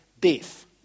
death